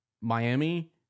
Miami